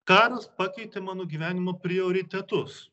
karas pakeitė mano gyvenimo prioritetus